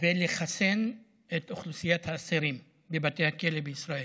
לחסן את אוכלוסיית האסירים בבתי הכלא בישראל.